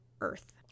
Earth